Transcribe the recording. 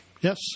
Yes